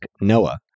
Noah